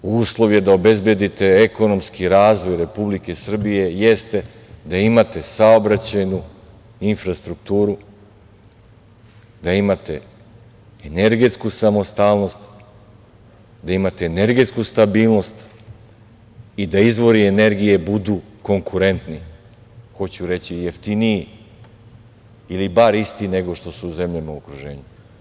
Uslov je da obezbedite ekonomski razvoj Republike Srbije jeste da imate saobraćajnu infrastrukturu, da imate energetsku samostalnost, da imate energetsku stabilnost i da izvori energije budu konkurentni, hoću reći jeftiniji ili bar isti nego što su zemljama u okruženju.